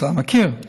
אתה מכיר,